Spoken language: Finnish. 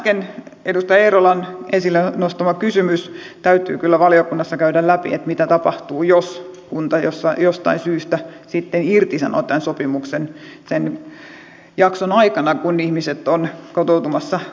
edustaja eerolan äsken esille nostama kysymys täytyy kyllä valiokunnassa käydä läpi että mitä tapahtuu jos kunta jostain syystä sitten irtisanoo tämän sopimuksen sen jakson aikana kun ihmiset ovat kotoutumassa